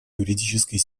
юридической